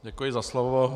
Děkuji za slovo.